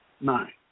Nine